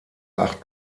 acht